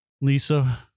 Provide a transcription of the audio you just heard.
Lisa